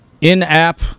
In-app